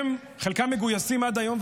חלקם מגויסים אפילו עד היום,